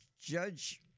Judge